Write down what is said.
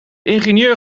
ingenieur